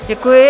Děkuji.